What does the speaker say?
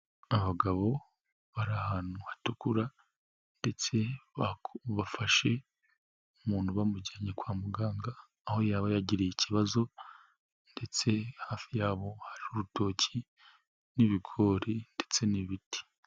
Abagabo bari ahantu hatukura ndetse bafashe umuntu bamujyanye kwa muganga aho yaba yagiriye ikibazo ndetse hafi yabo hari urutoki n'ibigori ndetse n'ibiti.